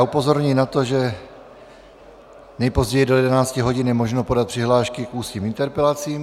Upozorňuji na to, že nejpozději do 11 hodin je možno podat přihlášky k ústním interpelacím.